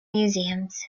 museums